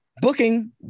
booking